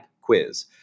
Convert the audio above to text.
quiz